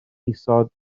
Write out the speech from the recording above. isod